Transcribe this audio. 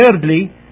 thirdly